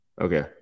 Okay